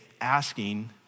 asking